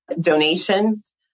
donations